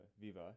Viva